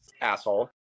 asshole